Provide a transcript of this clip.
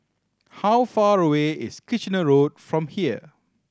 how far away is Kitchener Road from here